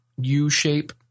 U-shape